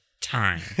time